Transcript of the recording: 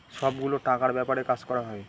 সব গুলো টাকার ব্যাপারে কাজ করা হয়